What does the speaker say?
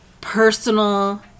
personal